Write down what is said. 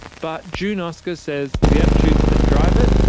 but june oscar says the attitudes that drive it.